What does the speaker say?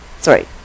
Sorry